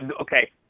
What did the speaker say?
Okay